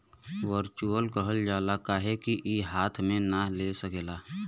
virtual कहल जाला काहे कि ई हाथ मे ना ले सकेला